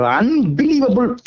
unbelievable